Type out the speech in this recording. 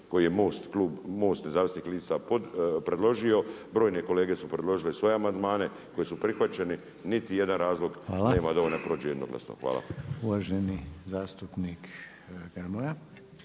MOST, MOST Nezavisnih lista predložio, brojne kolege su predložile svoje amandmane koji su prihvaćeni, niti jedan razlog nema da on ne prođe jednoglasno. Hvala. **Reiner,